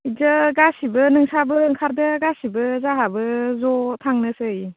जों गासिबो नोंसाबो ओंखारदो गासिबो जाहाबो ज' थांनोसै